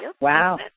Wow